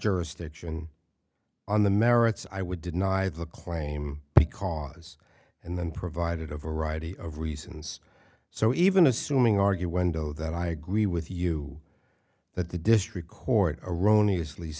jurisdiction on the merits i would deny the claim because in the end provided a variety of reasons so even assuming argue window that i agree with you that the district court erroneous le